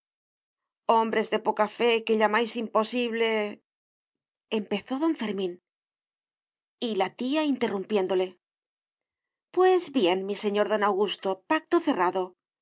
hombres de poca fe que llamáis imposible empezó don fermín y la tía interrumpiéndole pues bien mi señor don augusto pacto cerrado